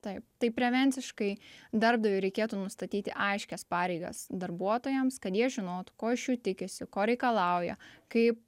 taip tai prevenciškai darbdaviui reikėtų nustatyti aiškias pareigas darbuotojams kad jie žinotų ko iš jų tikisi ko reikalauja kaip